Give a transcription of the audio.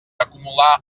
acumular